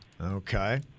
Okay